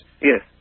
Yes